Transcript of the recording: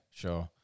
sure